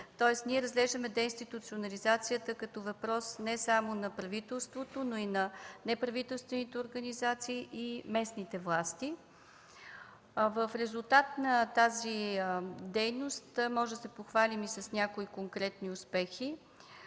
тоест ние разглеждаме деинституционализацията като въпрос не само на правителството, но и на неправителствените организации и местните власти. В резултат на тази дейност можем да се похвалим и с някои конкретни успехи.